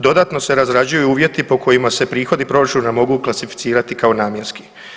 Dodatno se razrađuju uvjeti po kojima se prihodi proračuna mogu klasificirati kao namjenski.